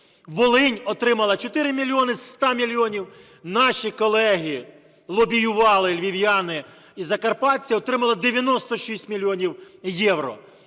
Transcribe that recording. Волинь отримала 4 мільйони із 100 мільйонів, наші колеги лобіювали, львів'яни і закарпатці отримали 96 мільйонів євро.